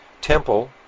temple